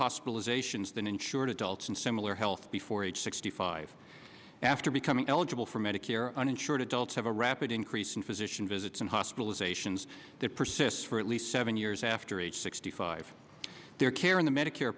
hospitalizations than insured adults and similar health before age sixty five after becoming eligible for medicare uninsured adults have a rapid increase in physician visits and hospitalizations that persists for at least seven years after age sixty five their care in the medicare